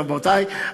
רבותי,